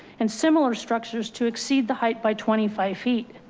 and similar structures to exceed the height by twenty five feet.